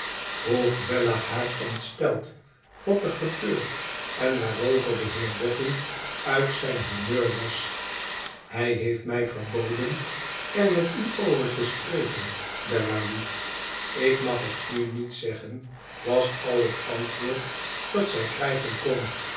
vroeg bella haar ontsteld wat er gebeurd en waarover de heer boffin uit zijn humeur was hij heeft mij verboden er met u over te spreken bella-lief ik mag het u niet zeggen was al het antwoord dat zij krijgen kon